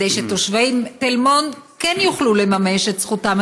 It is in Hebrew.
כדי שתושבי תל מונד כן יוכלו לממש את זכותם